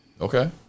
Okay